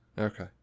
Okay